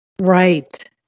right